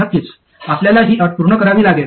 नक्कीच आपल्याला ही अट पूर्ण करावी लागेल